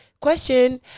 question